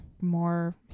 more